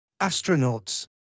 Astronauts